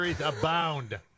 abound